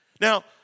Now